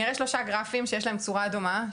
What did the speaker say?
אני אראה שלושה גרפים שיש להם צורה דומה,